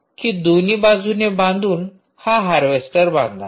कि दोन्ही बाजूंनी बांधून हा हार्वेस्टर बांधाल